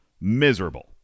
miserable